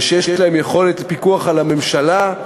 ושיש להן יכולת פיקוח על הממשלה,